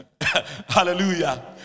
Hallelujah